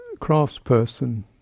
craftsperson